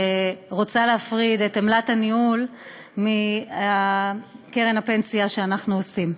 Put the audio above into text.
שרוצה להפריד את עמלת הניהול מקרן הפנסיה שאנחנו עושים.